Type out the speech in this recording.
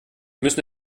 müssen